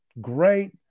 great